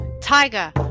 tiger